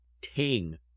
ting